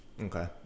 okay